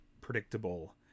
predictable